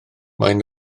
maen